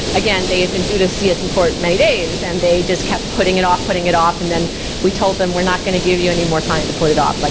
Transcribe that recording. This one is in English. again, they have been due to see us in court many days and they just kept putting it off, putting it off, and then we told them we're not gonna give you anymore time to put it off, like